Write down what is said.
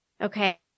okay